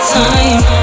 time